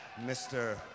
Mr